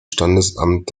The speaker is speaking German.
standesamt